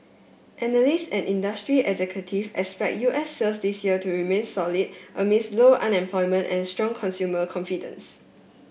analysts and industry executive expect U S sales this year to remain solid amid low unemployment and strong consumer confidence